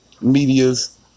medias